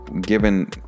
given